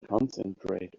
concentrate